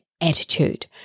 attitude